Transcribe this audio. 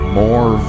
more